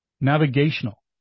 Navigational